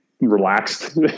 relaxed